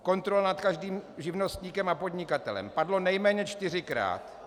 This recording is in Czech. Kontrola nad každým živnostníkem a podnikatelem padlo nejméně čtyřikrát.